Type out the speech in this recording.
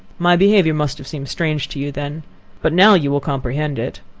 my behaviour must have seemed strange to you then but now you will comprehend it.